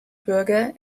bürger